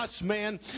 man